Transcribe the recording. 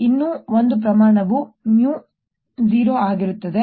ಇನ್ನೂ ಒಂದು ಪ್ರಮಾಣವು mu 0 ಆಗಿರುತ್ತದೆ